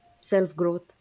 self-growth